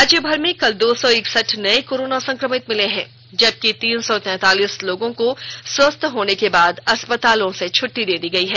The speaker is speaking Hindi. राज्यभर में कल दो सौ इकसठ नये कोरोना संक्रमित मिले हैं जबकि तीन सौ तैंतालीस लोगों को स्वस्थ होने के बाद अस्पतालों से छट्टी दे दी गयी है